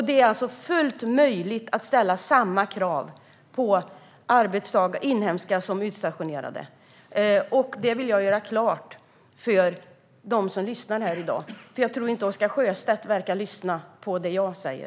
Det är fullt möjligt att ställa samma krav på inhemska arbetstagare som utstationerade. Det vill jag göra klart för alla som lyssnar här i dag, för jag tycker inte att Oscar Sjöstedt verkar lyssna på det jag säger.